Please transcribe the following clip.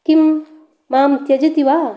किं मां त्यजति वा